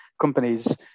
companies